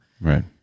right